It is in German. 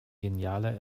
genialer